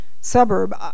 suburb